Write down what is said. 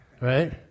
Right